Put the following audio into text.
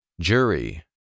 Jury